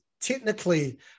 technically